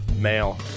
Male